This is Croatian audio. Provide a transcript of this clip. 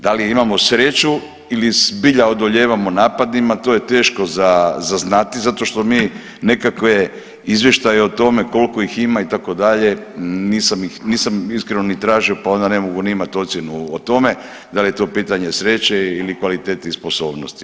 Da li imamo sreću ili zbilja odolijevamo napadima to je teško za znati zato što mi nekakve izvještaje o tome koliko ih ima itd. nisam iskreno ni tražio pa onda ne mogu ni imat ocjenu o tome, da li je to pitanje sreće ili kvalitete i sposobnosti.